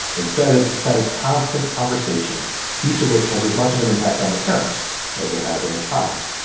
instead it's a set of constant conversations each of which has as much of an impact on the parent as it has on the child